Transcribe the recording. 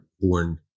born